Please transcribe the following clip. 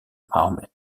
mahomet